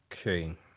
Okay